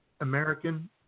American